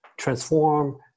transform